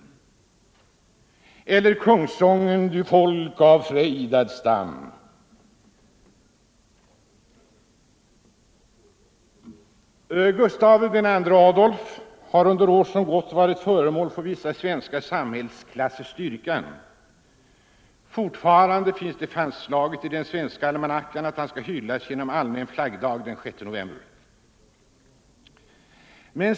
Eller kungssångens: ”Du folk av frejdad stam”? Gustav II Adolf har under år som gått varit föremål för vissa svenska samhällsklassers dyrkan. Fortfarande finns det fastslaget i den svenska almanackan att han skall hyllas genom allmän flaggning den 6 november.